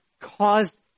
caused